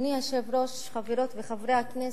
אדוני היושב-ראש, חברות וחברי הכנסת,